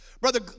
Brother